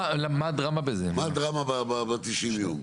מה הדרמה ב-90 יום?